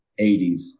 80s